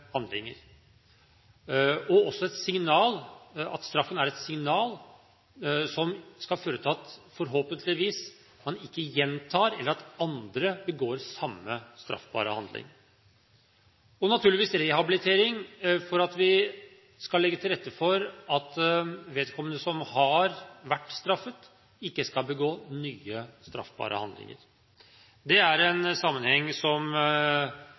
handlinger. Straffen er også et signal som skal føre til at en forhåpentligvis ikke gjentar – eller at andre ikke begår – samme straffbare handling. Så dreier det seg naturligvis om rehabilitering for å legge til rette for at vedkommende som har vært straffet, ikke skal begå nye straffbare handlinger. Det er en sammenheng som